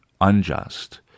unjust